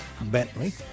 Bentley